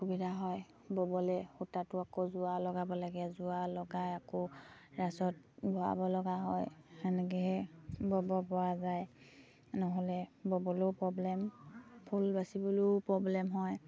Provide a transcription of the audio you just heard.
অসুবিধা হয় ব'বলে সূতাটো আকৌ যোৰা লগাব লাগে যোৰা লগাই আকৌ ৰাছত ভৰাব লগা হয় সেনেকেহে ব'ব পৰা যায় নহ'লে ব'বলৈও পব্লেম ফুল বাচিবলেও পব্লেম হয়